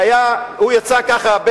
שהוא יצא ככה,